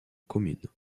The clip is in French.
commune